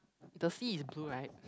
the sea is blue right